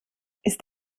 ist